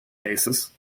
basis